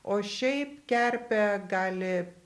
o šiaip kerpė gali